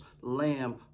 lamb